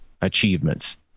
achievements